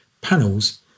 panels